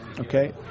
okay